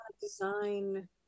design